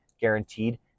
guaranteed